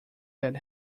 that